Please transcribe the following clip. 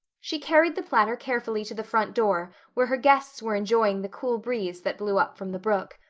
she carried the platter carefully to the front door where her guests were enjoying the cool breeze that blew up from the brook.